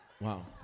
Wow